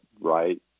right